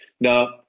Now